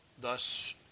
thus